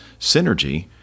synergy